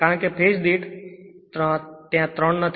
કારણ કે ફેજ દીઠ તેથી 3 ત્યાં નથી